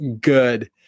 good